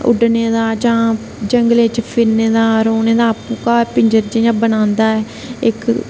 उड्डने दा जां जंगले च फिरने दा रौहने दा घा दा बनांदा ऐ इक